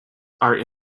are